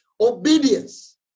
obedience